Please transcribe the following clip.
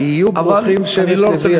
יהיו ברוכים שבט לוי,